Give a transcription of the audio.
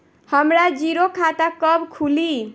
हमरा जीरो खाता कब खुली?